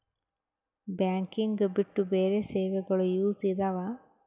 Banking ಬಿಟ್ಟು ಬೇರೆ ಸೇವೆಗಳು ಯೂಸ್ ಇದಾವ?